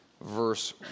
verse